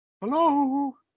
Hello